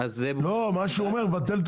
מה שהוא אומר תבטל את